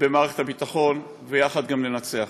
שיתרסקו על פני המציאות ויסבלו ממחסור ובאמת ירגישו שהם זרים בארצם.